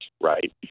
right